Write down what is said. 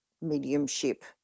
mediumship